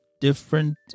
different